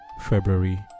February